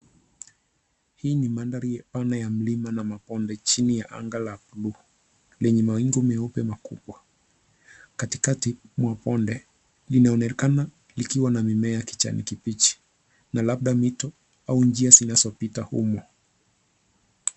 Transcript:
Hii maandari pana ya milima na maponde jini ya anga la bluu, lenye mawingu meupe makubwa. Katikati mwa ponde linaonekana likiwa na mimea kijani kibichi na labda mito au njia zinazopita humo.